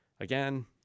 Again